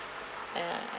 uh